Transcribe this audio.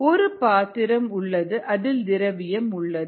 ஒரு பாத்திரம் உள்ளது அதில் திரவியம் உள்ளது